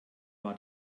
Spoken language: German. war